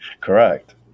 Correct